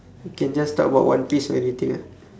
can just talk about one piece or anything ah